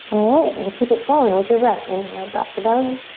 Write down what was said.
alright, then keep it flowing. with you breath, inhale, drop the belly.